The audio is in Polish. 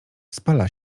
spala